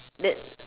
that